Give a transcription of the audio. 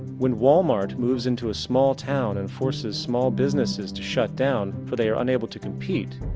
when walmart moves into a small town and forces small businesses to shut down for they are unable to compete,